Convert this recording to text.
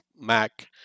Mac